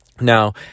Now